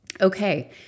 Okay